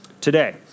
today